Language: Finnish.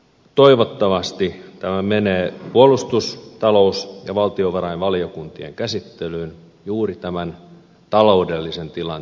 toivottavasti tämä menee puolustus talous ja valtiovarainvaliokunnan käsittelyyn juuri tämän taloudellisen tilanteen takia